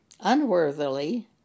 unworthily